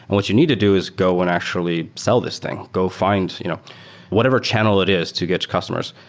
and what you need to do is go and actually sell this thing. go fi nd you know whatever channel it is to get to customers,